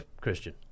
Christian